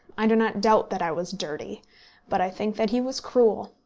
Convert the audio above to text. i do not doubt that i was dirty but i think that he was cruel.